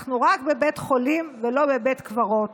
אנחנו רק בבית חולים ולא בבית קברות.